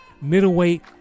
middleweight